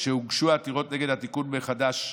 שהוגשו עתירות נגד התיקון מחודש אוגוסט,